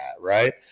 Right